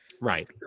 right